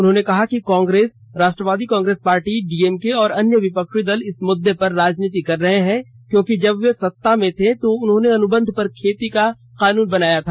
उन्होंने कहा कि कांग्रेस राष्ट्रवादी कांग्रेस पार्टी डीएमके और अन्य विपक्षी दल इस मुद्दे पर राजनीति कर रहे हैं क्योंकि जब वे सत्ता में थे तो उन्होंने अनुबंध पर खेती का कानून बनाया था